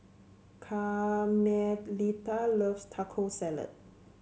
Carmelita loves Taco Salad